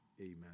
Amen